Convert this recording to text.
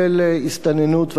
של הסתננות,